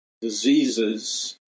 diseases